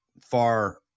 far